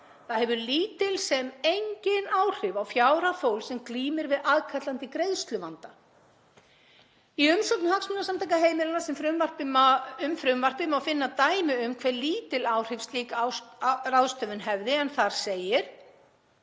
Það hefur lítil sem engin áhrif á fjárhag fólks sem glímir við aðkallandi greiðsluvanda. Í umsögn Hagsmunasamtaka heimilanna um frumvarpið má finna dæmi um hve lítil áhrif slík ráðstöfun hefði, en þar segir: